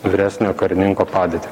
vyresniojo karininko padėtį